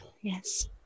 yes